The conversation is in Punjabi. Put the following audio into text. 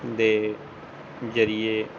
ਦੇ ਜਰੀਏ